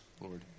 Lord